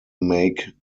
make